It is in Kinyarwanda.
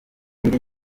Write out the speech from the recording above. undi